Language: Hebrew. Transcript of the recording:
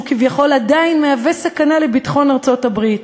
שהוא כביכול עדיין מהווה סכנה לביטחון ארצות-הברית,